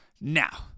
Now